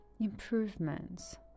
improvements